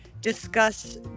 discuss